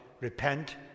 repent